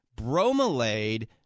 bromelade